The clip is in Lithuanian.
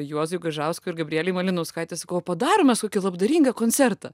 juozui gaižauskui ir gabrielei malinauskaitei sakau o padarom mes kokį labdaringą koncertą